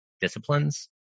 disciplines